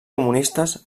comunistes